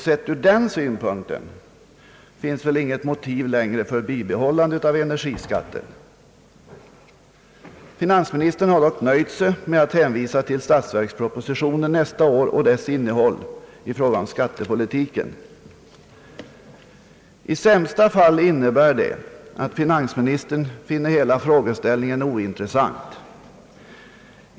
Sett ur den synvinkeln finns väl inget motiv längre för ett bibehållande av energiskatten. Finansministern har dock nöjt sig med att hänvisa till statsverkspropositionen nästa år och dess innehåll i fråga om skattepolitiken. I sämsta fall innebär det att finansministern finner hela frågeställningen ointressant.